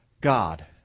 God